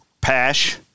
Pash